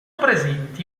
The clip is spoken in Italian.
presenti